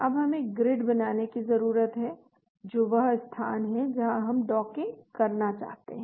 अब हमें ग्रिड बनाने की जरूरत है जो वह स्थान है जहां हम डॉकिंग करना चाहते हैं